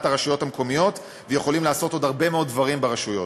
הרשויות המקומיות ויכולים לעשות עוד הרבה מאוד דברים ברשויות.